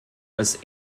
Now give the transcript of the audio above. als